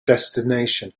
destination